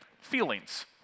Feelings